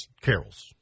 carols